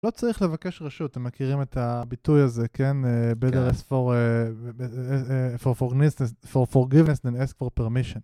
לא צריך לבקש רשות, אתם מכירים את הביטוי הזה, כן? בלרס פור... פור פורגניסטנס, פור פורגינסטנס, פור פרמישן.